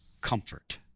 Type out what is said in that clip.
comfort